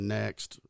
next